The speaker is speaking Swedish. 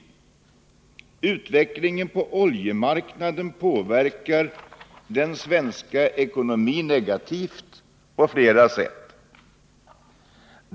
Utvecklingen på oljemarknaden påverkar den svenska ekonomin negativt på flera sätt.